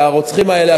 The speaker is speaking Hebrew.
והרוצחים האלה,